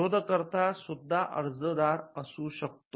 शोधकर्ता सुद्धा अर्जदार आसू शकतो